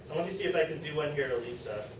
let me see if i can do one here to lisa.